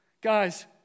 Guys